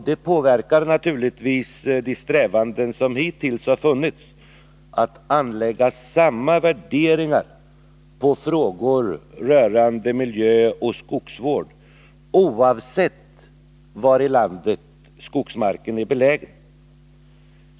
Detta påverkar naturligtvis de strävanden som hittills har funnits, att göra samma värderingar i frågor rörande miljöoch skogsvård, oavsett var i landet skogsmarken är belägen.